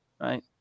Right